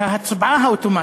ההצבעה האוטומטית,